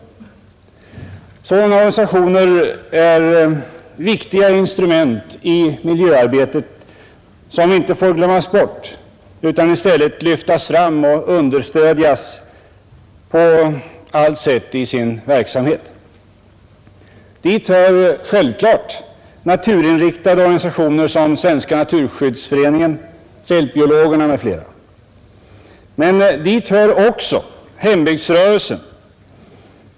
Sadana organisationer är viktiga instrument i miljöarbetet. De fär inte glömmas bort, utan bör i stället lyftas fram och understödjas på allt sätt i sin verksamhet. Dit hör självfallet naturinriktade organisationer som Svenska naturskyddsföreningen, fältbiologerna m.fl. Men dit hör också hembygdsrörelsen.